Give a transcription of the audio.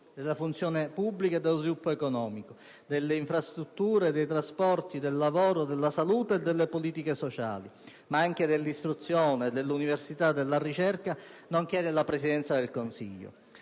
della funzione pubblica e dello sviluppo economico, delle infrastrutture e dei trasporti, del lavoro, della salute e delle politiche sociali, ma anche dell'istruzione, università e ricerca, nonché della Presidenza del Consiglio.